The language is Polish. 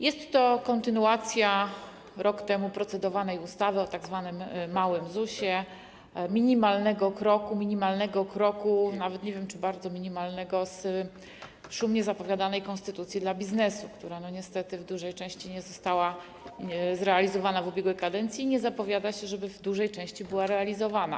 Jest to kontynuacja rok temu procedowanej ustawy o tzw. małym ZUS-ie, minimalnego kroku, nawet nie wiem, czy bardzo minimalnego, z szumnie zapowiadanej konstytucji dla biznesu, która niestety w dużej części nie została zrealizowana w ubiegłej kadencji, i nie zapowiada się, żeby w dużej części była realizowana.